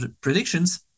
predictions